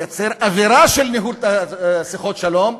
לייצר אווירה של ניהול שיחות שלום,